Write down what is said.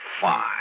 fine